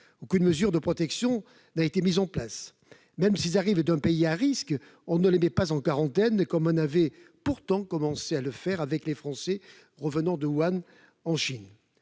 Aucune mesure de protection n'a été mise en place. Même s'ils arrivent d'un pays à risque, on ne les met pas en quarantaine, comme on avait pourtant commencé à le faire avec les Français revenant de Wuhan, en Chine.